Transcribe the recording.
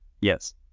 Yes